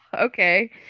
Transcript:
Okay